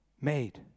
made